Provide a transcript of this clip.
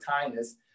kindness